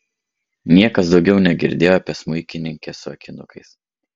niekas daugiau negirdėjo apie smuikininkę su akinukais